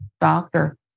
doctor